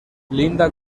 linda